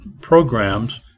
programs